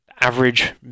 average